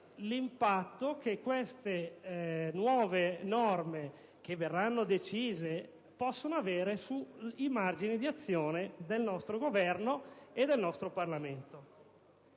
l'impatto che queste nuove norme che verranno decise possono avere sui margini di azione del nostro Governo e del nostro Parlamento.